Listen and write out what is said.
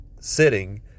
sitting